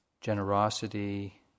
Generosity